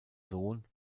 sohn